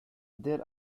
there